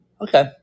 Okay